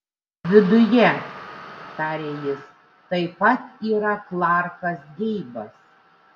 viduje tarė jis taip pat yra klarkas geibas